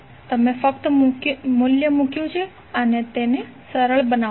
તમે ફક્ત મૂલ્ય મૂક્યું અને તેને સરળ બનાવશો